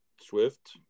Swift